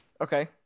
Okay